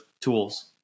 tools